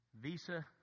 visa